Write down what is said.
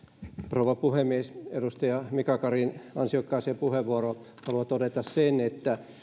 rouva puhemies edustaja mika karin ansiokkaaseen puheenvuoroon haluan todeta sen että